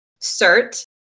CERT